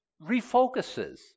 refocuses